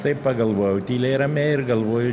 taip pagalvojau tyliai ramiai ir galvoju